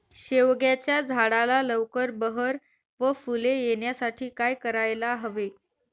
शेवग्याच्या झाडाला लवकर बहर व फूले येण्यासाठी काय करायला हवे?